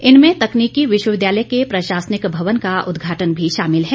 इनमें तकनीकी विश्वविद्यालय के प्रशासनिक भवन का उद्घाटन भी शामिल हैं